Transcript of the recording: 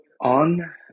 on